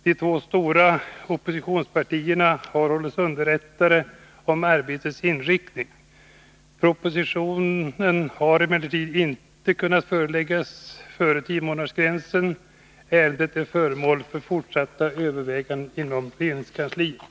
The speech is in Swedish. De två stora oppositionspartierna har hållits underrättade om arbetets inriktning. Propositionen har emellertid inte kunnat läggas före tiomånadersgränsen. Ärendet är föremål för fortsatta överväganden inom regeringskansliet.